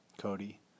Cody